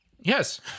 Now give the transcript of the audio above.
yes